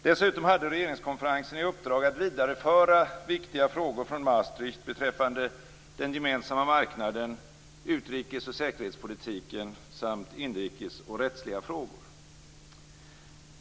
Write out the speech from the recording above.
Dessutom hade regeringskonferensen i uppdrag att vidareföra viktiga frågor från Maastricht beträffande den gemensamma marknaden, utrikesoch säkerhetspolitiken samt inrikesfrågor och rättsliga frågor.